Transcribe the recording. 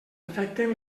afecten